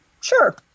Sure